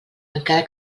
encara